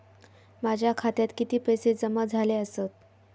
माझ्या खात्यात किती पैसे जमा झाले आसत?